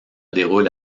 déroule